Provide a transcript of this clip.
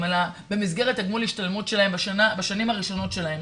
אלא במסגרת גמול השתלמות שלהם בשנים הראשונות שלהם